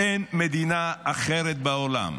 אין מדינה אחרת בעולם,